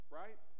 right